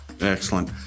Excellent